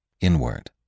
inward